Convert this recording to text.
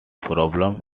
problem